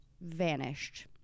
vanished